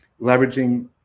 leveraging